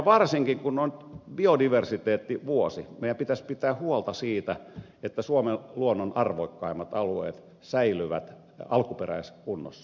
varsinkin kun on biodiversiteettivuosi meidän pitäisi pitää huolta siitä että suomen luonnon arvokkaimmat alueet säilyvät alkuperäiskunnossa